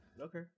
Okay